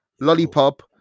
lollipop